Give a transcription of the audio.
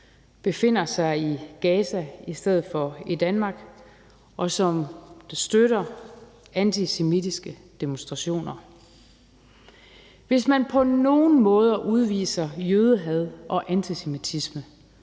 befinder sig i Gaza i stedet for i Danmark, og som støtter antisemitiske demonstrationer. Kl. 12:12 Hvis man på nogen måde udviser jødehad og antisemitisme,